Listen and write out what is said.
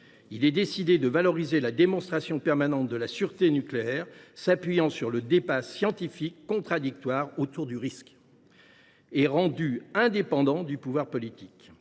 Il a été décidé de valoriser la démonstration permanente de la sûreté nucléaire s’appuyant sur le débat scientifique contradictoire autour du risque et rendu indépendant du pouvoir politique.